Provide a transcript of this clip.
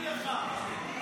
לא מתאים לך.